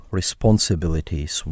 responsibilities